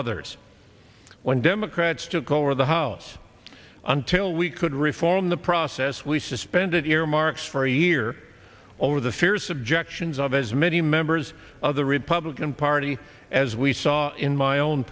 others when democrats took over the house until we could reform the process as we suspended earmarks for a year over the fierce objections of as many members of the republican party as we saw in my own